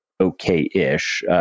okay-ish